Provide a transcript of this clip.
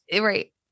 Right